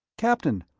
captain,